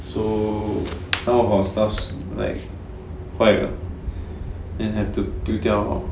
so half of our stuffs like 坏了 and have to 丢掉 lor